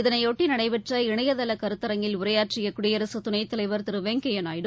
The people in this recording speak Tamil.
இதனைபொட்டி நடைபெற்ற இணையதள கருத்தரங்கில் உரையாற்றிய குடியரசு துணைத்தலைவர் வெங்கையா நாயுடு